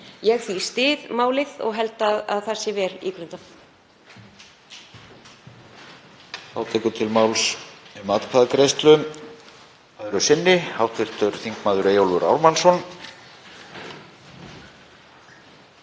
Ég styð því málið og held að það sé vel ígrundað.